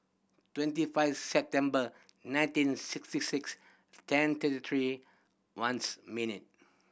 twenty five September nineteen sixty six ten thirty three ones minute